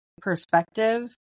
perspective